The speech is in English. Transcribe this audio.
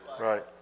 right